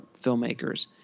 filmmakers